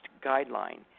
guideline